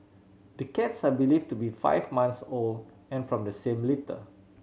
the cats are believed to be five months old and from the same litter